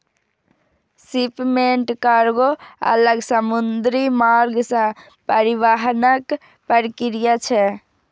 shipment कार्गों अलग समुद्री मार्ग सं परिवहनक प्रक्रिया छियै